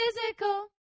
physical